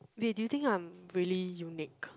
wait do you think I'm really unique